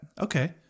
Okay